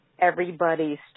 everybody's